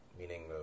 meaning